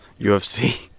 UFC